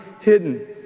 hidden